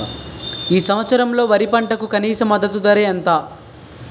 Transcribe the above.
ఈ సంవత్సరంలో వరి పంటకు కనీస మద్దతు ధర ఎంత?